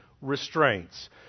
restraints